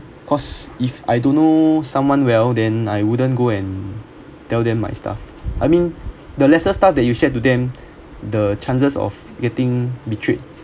cause if I don't know someone well then I wouldn't go and tell them my stuff I mean the lesser stuff that you shared to them the chances of getting betrayed